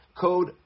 Code